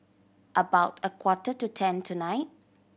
about a quarter to ten tonight